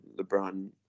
LeBron